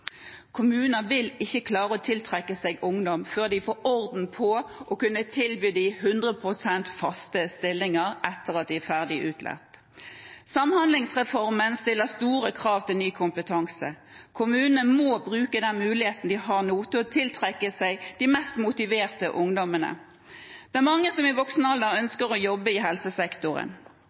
vil ikke klare å tiltrekke seg ungdom før de får orden på dette og kan tilby dem faste 100 pst.-stillinger etter at de er ferdig utlært. Samhandlingsreformen stiller store krav til ny kompetanse. Kommunene må bruke den muligheten de nå har til å tiltrekke seg de mest motiverte ungdommene. Det er mange som i voksen alder ønsker å jobbe i helsesektoren.